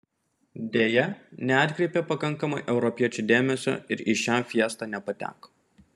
deja neatkreipė pakankamai europiečių dėmesio ir į šią fiestą nepateko